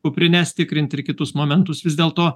kuprines tikrinti ir kitus momentus vis dėlto